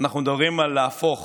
אנחנו מדברים על להפוך